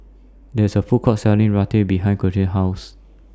There IS A Food Court Selling Raita behind House